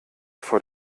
vor